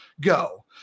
go